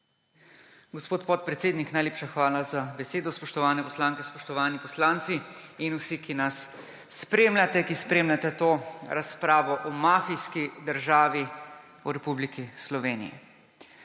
Gospod podpredsednik, najlepša hvala za besedo. Spoštovane poslanke, spoštovani poslanci in vsi, ki nas spremljate, ki spremljate to razpravo o mafijskih državi, o Republiki Sloveniji!